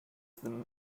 the